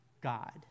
God